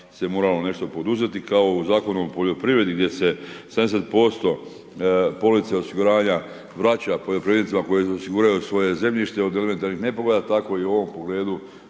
se moramo nešto poduzeti, kao u Zakonu o poljoprivredi gdje se 70% police osiguranja vraća poljoprivrednicima koji osiguraju svoje zemljište od elementarnih nepogoda, tako i u ovom pogledu